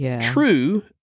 true